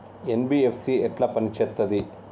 NBFC ఎట్ల పని చేత్తది?